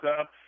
up